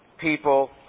people